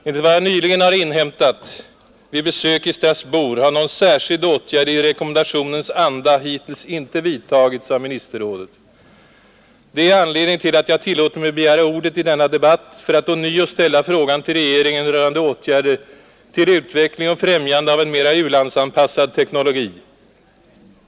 Enligt vad jag nyligen har inhämtat vid besök i Strasbourg har någon särskild åtgärd i rekommendationens anda hittills inte vidtagits av ministerrådet. Detta är anledningen till att jag tillåtit mig att begära ordet i denna debatt för att ånyo ställa frågan till regeringen rörande åtgärder till utveckling och främjande av en mera u-landsanpassad teknologi.